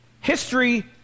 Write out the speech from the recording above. History